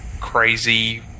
crazy